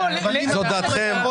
זו דעתכם.